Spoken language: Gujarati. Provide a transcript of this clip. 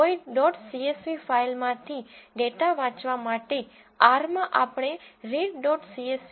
કોઈ ડોટ સીએસવી ફાઇલમાંથી ડેટા વાંચવા માટે R માં આપણે રીડ ડોટ સીએસવીread